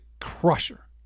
crusher